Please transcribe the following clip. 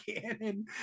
cannon